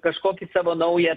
kažkokį savo naują